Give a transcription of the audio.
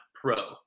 pro